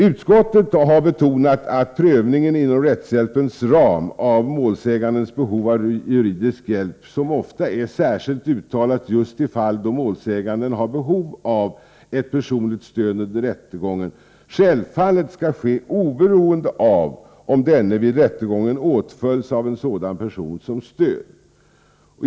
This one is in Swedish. Utskottet har betonat att prövningen inom rättshjälpens ram av målsägandens behov av juridisk hjälp — som ofta är särskilt uttalat just i de fall då målsäganden har behov av ett personligt stöd under rättegången — självfallet skall ske oberoende av om denne vid rättegången åtföljs av en sådan person som stöd.